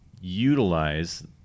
utilize